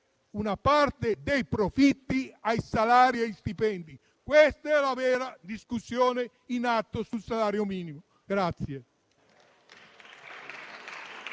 una parte dei profitti ai salari e agli stipendi. Questa è la vera discussione in atto sul salario minimo.